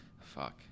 Fuck